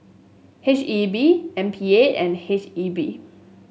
H E B M P A and H E B